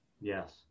Yes